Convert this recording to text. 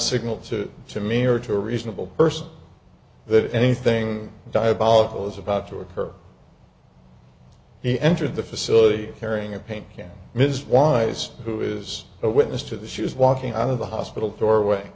signal to to me or to a reasonable person that anything diabolical is about to occur he entered the facility carrying a paint can ms wise who is a witness to the she was walking out of the hospital doorway